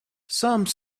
some